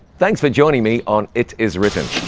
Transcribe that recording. thanks for joining me on it is written.